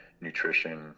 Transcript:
nutrition